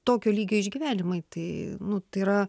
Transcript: tokio lygio išgyvenimai tai nu tai yra